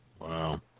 Wow